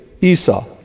Esau